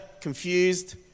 confused